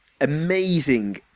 amazing